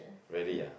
really ah